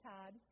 Todd